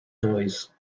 noise